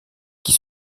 qui